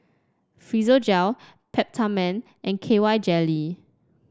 Physiogel Peptamen and K Y Jelly